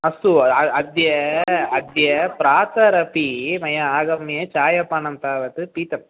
अस्तु अद्य अद्य प्रातरपि मया आगम्य चायपानं तावत् पीतं